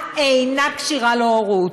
טבעה אינה כשירה להורות.